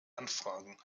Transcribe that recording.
anfragen